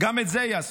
גם את זה יעשה.